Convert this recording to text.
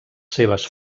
seves